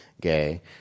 gay